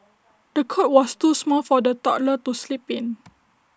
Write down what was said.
the cot was too small for the toddler to sleep in